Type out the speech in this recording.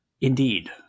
Indeed